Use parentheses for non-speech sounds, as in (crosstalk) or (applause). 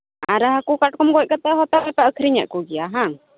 ᱟᱨ ᱦᱟᱠᱩ ᱠᱟᱴᱠᱚᱢ ᱜᱚᱡ ᱠᱟᱛᱮ ᱦᱚᱸᱛᱚ (unintelligible) ᱟᱠᱷᱨᱤᱧᱮᱫ ᱠᱚᱜᱮᱭᱟ ᱵᱟᱝ